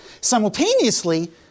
Simultaneously